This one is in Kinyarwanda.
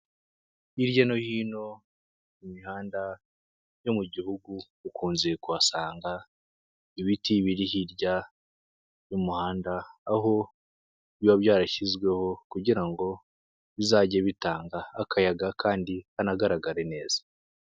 Hirya no hino mu mihanda yo mu gihugu ukunze kuhasanga ibiti biri hirya y'umuhanda aho biba byarashyizweho kugira ngo bizajye bitanga akayaga kandi hanagaragare neza.